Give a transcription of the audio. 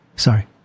Sorry